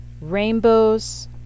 rainbows